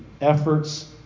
efforts